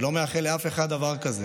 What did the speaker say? אני לא מאחל לאף אחד דבר כזה,